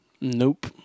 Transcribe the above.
Nope